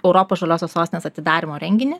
europos žaliosios sostinės atidarymo renginį